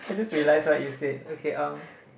I just realized what you said okay um